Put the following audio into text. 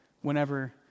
whenever